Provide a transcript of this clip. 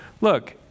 look